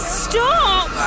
stop